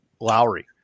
Lowry